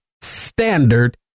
Standard